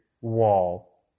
wall